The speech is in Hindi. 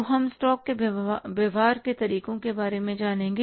तो हम स्टॉक के व्यवहार के तरीकों के बारे में जानेंगे